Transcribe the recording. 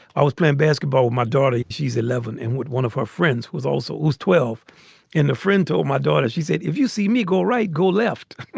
i was playing basketball. my daughter, she's eleven and one of her friends was also was twelve and a friend to um my daughter. she said, if you see me, go right, go left.